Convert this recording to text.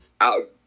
out